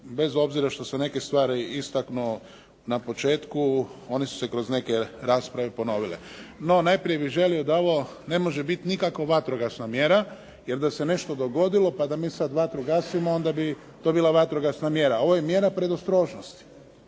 bez obzira što se neke stvari istaknu na početku, one su se kroz neke rasprave ponovile. No, najprije bih želio da ovo ne može biti nikako vatrogasna mjera jer da se nešto dogodilo pa da mi sad vatru gasimo, onda bi to bila vatrogasna mjera. Ovo je mjera predostrožnosti.